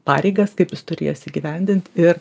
pareigas kaip jis turi jas įgyvendint ir